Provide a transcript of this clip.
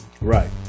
Right